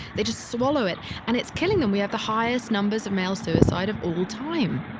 they just swallow it and it's killing them. we have the highest numbers of male suicide of all time.